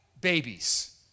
Babies